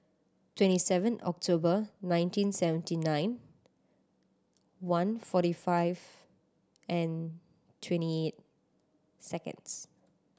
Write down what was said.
twenty seven October nineteen seventy nine one forty five and twenty seconds